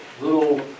little